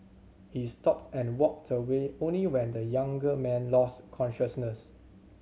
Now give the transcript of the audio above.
he stopped and walked away only when the younger man lost consciousness